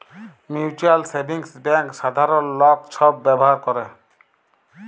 mutual savings bank সাধারল লক ছব ব্যাভার ক্যরে